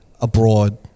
abroad